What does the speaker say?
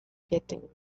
getting